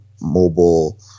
mobile